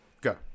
Go